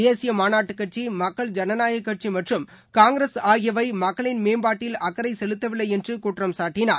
தேசிய மாநாட்டு கட்சி மக்கள் ஜனநாயக கட்சி மற்றும் காங்கிரஸ் ஆகியவை மக்களின் மேம்பாட்டில் அக்கரை செலுத்தவில்லை என்று குற்றம்சாட்டினார்